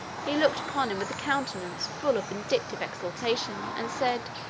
he looked upon him with a countenance full of vindictive exultation, and said,